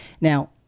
Now